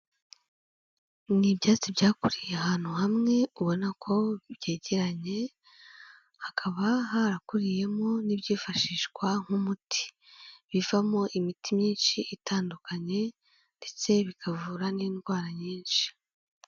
Ni ibyatsi byakuriye ahantu hamwe ubona ko byegeranye, hakaba harakuriyemo n'ibyifashishwa nk'umuti, bivamo imiti myinshi itandukanye ndetse bikavura n'indwara nyinshi.